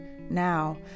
now